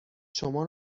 شما